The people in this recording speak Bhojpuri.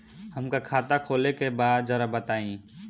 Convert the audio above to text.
हमका खाता खोले के बा जरा बताई?